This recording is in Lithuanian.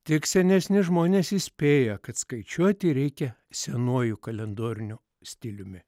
tik senesni žmonės įspėja kad skaičiuoti reikia senuoju kalendoriniu stiliumi